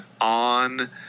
on